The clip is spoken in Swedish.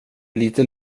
lite